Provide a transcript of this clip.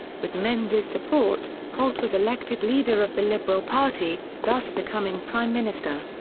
with menzies' support, holt was elected leader of the liberal party, thus becoming prime minister.